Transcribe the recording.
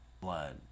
blood